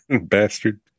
Bastard